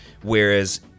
Whereas